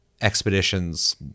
expeditions